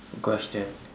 question